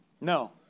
No